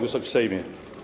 Wysoki Sejmie!